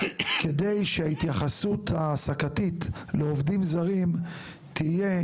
כדי שההתייחסות ההעסקתית לעובדים זרים תהיה